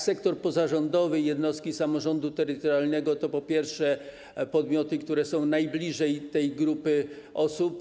Sektor pozarządowy, jednostki samorządu terytorialnego to, po pierwsze, podmioty, które są najbliżej tej grupy osób.